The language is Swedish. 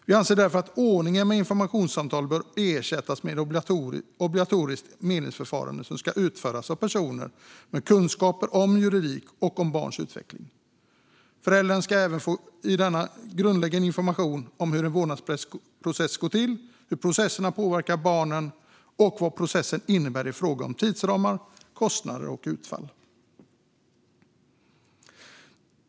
Vi anser därför att ordningen med informationssamtal bör ersättas med obligatoriskt medlingsförfarande, som ska utföras av personer med kunskaper om juridik och om barns utveckling. Föräldrarna ska även få grundläggande information om hur en vårdnadsprocess går till, hur processen påverkar barnet och vad processen innebär i fråga om tidsramar, kostnader och utfall.